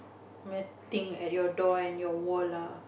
met thing at your door and your wall lah